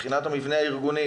מבחינת המבנה הארגוני,